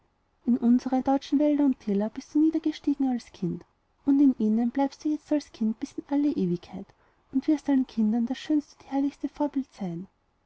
in unsere deutschen wälder und täler bist du niedergestiegen als kind und in ihnen bleibst du jetzt als kind bis in alle ewigkeit und wirst allen kindern das schönste und herrlichste vorbild sein